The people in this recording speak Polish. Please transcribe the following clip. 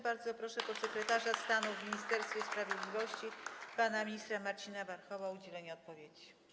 Bardzo proszę podsekretarza stanu w Ministerstwie Sprawiedliwości pana ministra Marcina Warchoła o udzielenie odpowiedzi.